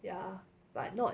ya but not